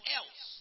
else